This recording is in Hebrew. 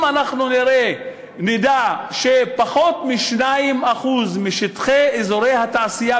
אם נדע שפחות מ-2% משטחי אזורי התעשייה